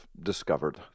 discovered